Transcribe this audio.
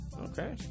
Okay